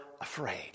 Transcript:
afraid